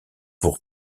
pour